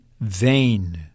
vain